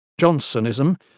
Johnsonism